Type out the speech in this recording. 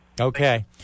Okay